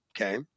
okay